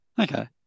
Okay